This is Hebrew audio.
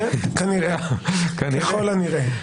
ככל הנראה.